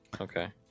okay